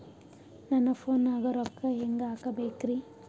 ನನ್ನ ಫೋನ್ ನಾಗ ರೊಕ್ಕ ಹೆಂಗ ಹಾಕ ಬೇಕ್ರಿ?